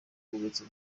rwubatswe